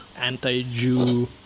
anti-Jew